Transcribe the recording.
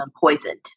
poisoned